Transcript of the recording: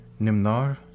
Nimnar